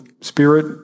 Spirit